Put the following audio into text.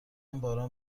باران